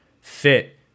fit